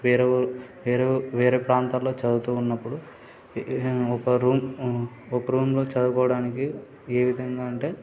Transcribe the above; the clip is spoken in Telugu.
వేరే ఊరు వేరే వేరే ప్రాంతాల్లో చదువుతూ ఉన్నప్పుడు ఒక రూమ్ ఒక రూమ్లో చదువుకోవడానికి ఏ విధంగా అంటే